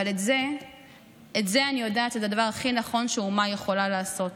אבל אני יודעת שזה הדבר הכי נכון שאומה יכולה לעשות.